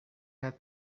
had